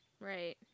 Right